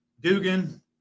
Dugan